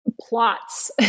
plots